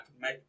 make